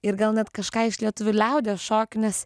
ir gal net kažką iš lietuvių liaudies šokių nes